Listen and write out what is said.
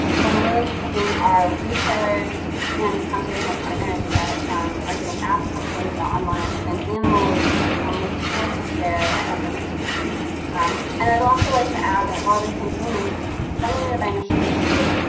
we're really equipping our retailers and conservation partners that um are getting asked questions about unwanted plants and animals um with tools to share information um and i'd also like to add that while the campaign is coordinated by michigan state,